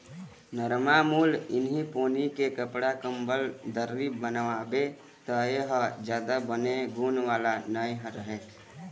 निरमामुल इहीं पोनी के कपड़ा, कंबल, दरी बनाबे त ए ह जादा बने गुन वाला नइ रहय